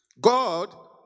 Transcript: God